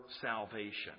salvation